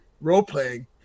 role-playing